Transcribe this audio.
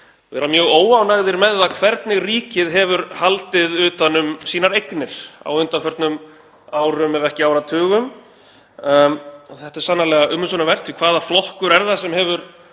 vera mjög óánægðir með það hvernig ríkið hefur haldið utan um sínar eignir á undanförnum árum ef ekki áratugum. Þetta er sannarlega umhugsunarvert, því að hvaða flokkur er það sem hefur